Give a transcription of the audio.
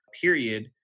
period